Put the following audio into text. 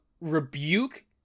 rebuke